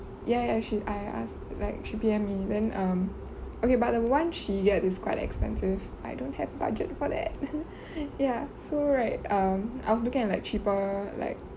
ya ya she I ask like she P_M me then um okay but the one she get is quite expensive I don't have budget for that ya so right um I was looking at like cheaper like